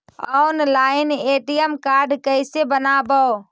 Online ATM card कैसे बनाबौ?